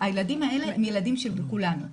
הילדים האלה הם ילדים של כולנו.